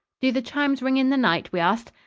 do the chimes ring in the night? we asked.